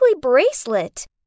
bracelet